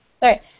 Sorry